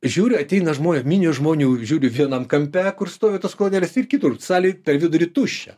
žiūriu ateina žmonių minios žmonių žiūriu vienam kampe kur stovi tos kolonėlės ir kitur salėj tai vidury tuščia